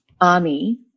army